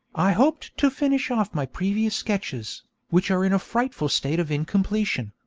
i hoped to finish off my previous sketches, which are in a frightful state of incompletion,